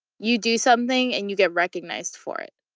you do something and you get recognized for it.